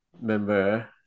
member